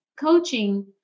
coaching